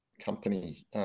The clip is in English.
company